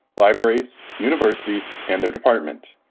libraries, universities and their departments.